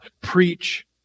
Preach